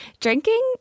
Drinking